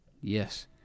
Yes